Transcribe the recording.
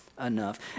Enough